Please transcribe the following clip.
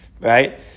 Right